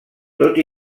tot